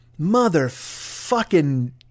motherfucking